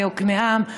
ליקנעם,